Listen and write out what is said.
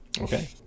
Okay